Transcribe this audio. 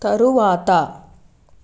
తరువాత